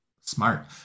Smart